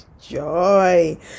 joy